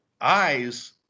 eyes